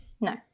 No